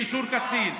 באישור קצין,